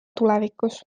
tulevikus